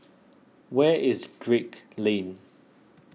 where is Drake Lane